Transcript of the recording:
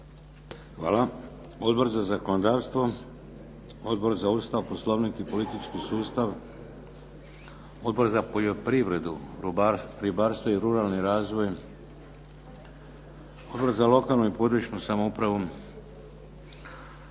Hvala. Odbor za zakonodavstvo? Odbor za Ustav, Poslovnik i politički sustav? Odbor za poljoprivredu, ribarstvo i ruralni razvoj? Odbor za lokalnu i područnu samoupravu?